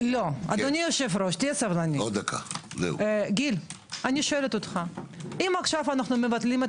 הצעה לסדר, היושב-ראש כל מי שמוגדר או יש